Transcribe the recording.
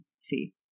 see